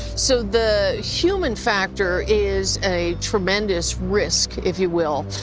so the human factor is a tremendous risk, if you will,